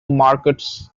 markets